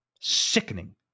sickening